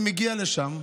אני מגיע לשם,